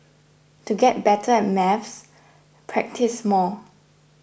to get better at maths practise more